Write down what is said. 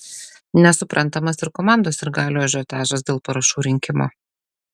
nesuprantamas ir komandos sirgalių ažiotažas dėl parašų rinkimo